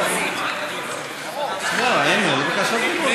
רשלנות ודברים אחרים.